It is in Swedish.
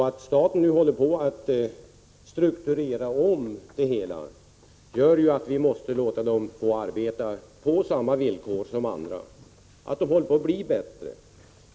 Att staten nu håller på att strukturera om det hela gör ju att vi måste låta de statliga företagen få arbeta på samma villkor som andra. De håller på att bli bättre.